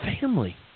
family